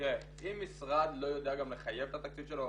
אם משרד לא יודע גם לחייב את התקציב שלו,